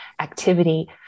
activity